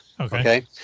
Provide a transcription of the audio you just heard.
Okay